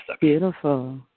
Beautiful